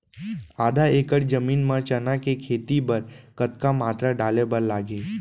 आधा एकड़ जमीन मा चना के खेती बर के कतका मात्रा डाले बर लागही?